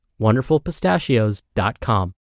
WonderfulPistachios.com